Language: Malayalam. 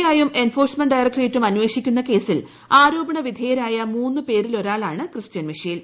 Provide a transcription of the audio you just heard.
ഐ യും എൻഫോഴ്സ്മെന്റ് അറസ്റ്റ് ഡയറക്ടറേറ്റും അന്വേഷിക്കുന്ന കേസിൽ ആരോപണവിധേയരായ മൂന്നു പേരിലൊരാളാണ് ക്രിസ്ത്യൻ മിഷേൽ